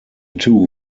two